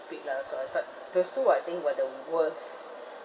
big lah so I thought those two I think were the worst